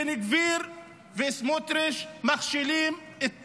בן גביר וסמוטריץ' מכשילים את זה.